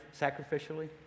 sacrificially